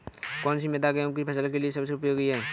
कौन सी मृदा गेहूँ की फसल के लिए सबसे उपयोगी है?